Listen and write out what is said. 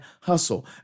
hustle